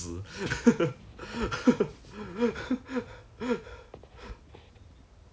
maybe Karen that's why Karen was very stressed that day ah